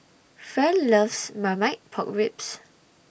Fern loves Marmite Pork Ribs